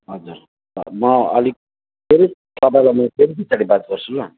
हजुर म अलिक फेरि तपाईँलाई म फेरि पिछाडि बात गर्छु ल